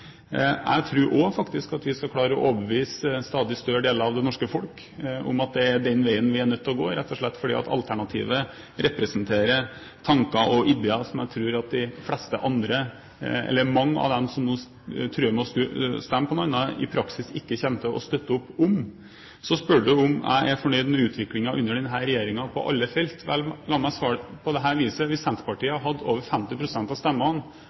Jeg tror faktisk at vi skal klare å overbevise en stadig større del av det norske folk om at det er den veien vi er nødt til å gå, rett og slett fordi alternativet representerer tanker og ideer som jeg tror mange av dem som nå truer med å stemme på noe annet, i praksis ikke kommer til å støtte opp om. Så spør du om jeg er fornøyd med utviklingen under denne regjeringen, på alle felt. La meg svare på dette viset: Hvis Senterpartiet hadde hatt over 50 pst. av stemmene